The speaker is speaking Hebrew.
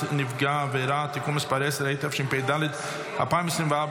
נפגע העבירה (תיקון מס' 10(,התשפ"ד 2024,